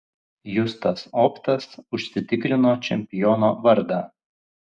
justas optas užsitikrino čempiono vardą